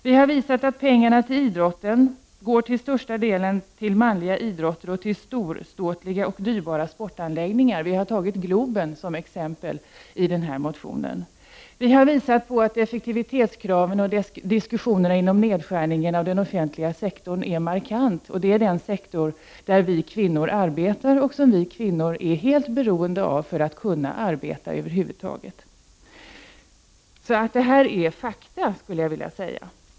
Vi har visat att pengarna till idrotten till största delen går till manliga idrotter och till storståtliga och dyrbara sportanläggningar. Vi har tagit Globen som exempel i denna motion. Vi har visat att effektivitetskraven och diskussionen när det gäller nedskärningen av den offentliga sektorn är markanta. Det är inom denna sektor som vi kvinnor arbetar, och det är denna sektor som vi kvinnor är helt beroende av för att över huvud taget kunna arbeta. Detta är fakta, skulle jag vilja säga.